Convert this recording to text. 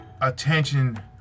attention